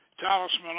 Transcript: talisman